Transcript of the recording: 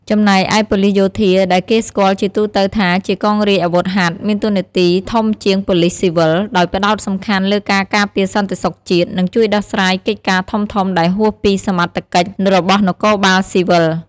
ចំណែកឯប៉ូលិសយោធា ដែលគេស្គាល់ជាទូទៅថាជាកងរាជអាវុធហត្ថ មានតួនាទីធំជាងប៉ូលិសស៊ីវិល ដោយផ្តោតសំខាន់លើការការពារសន្តិសុខជាតិ និងជួយដោះស្រាយកិច្ចការធំៗដែលហួសពីសមត្ថកិច្ចរបស់នគរបាលស៊ីវិល។